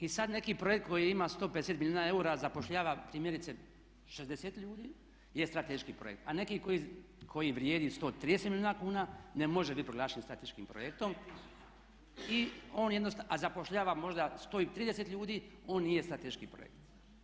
I sad neki projekt koji ima 150 milijuna eura zapošljava primjerice 60 ljudi je strateški projekt a neki koji vrijedi 130 milijuna kuna ne može biti proglašen strateškim projektom i on jednostavno, a zapošljava možda 130 ljudi on nije strateški projekt.